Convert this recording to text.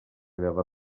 llevar